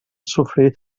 sofrir